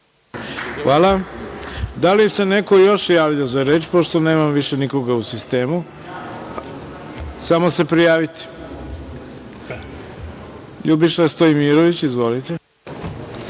Hvala. Da li se neko još javlja za reč, pošto nema više nikoga u sistemu? Ljubiša Stojmirović. Izvolite.